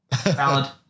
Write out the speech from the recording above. Valid